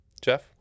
Jeff